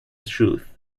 truth